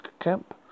camp